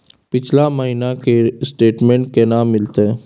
पिछला महीना के स्टेटमेंट केना मिलते?